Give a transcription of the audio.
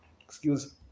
Excuse